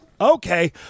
Okay